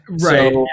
right